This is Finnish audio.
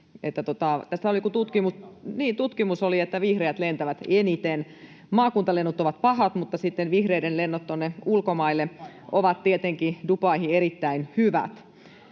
tutkimus oli — että vihreät lentävät eniten. Maakuntalennot ovat pahat, mutta sitten vihreiden lennot tuonne ulkomaille, Dubaihin, ovat tietenkin erittäin hyvät.